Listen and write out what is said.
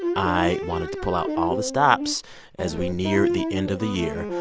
i wanted to pull out all the stops as we near the end of the year.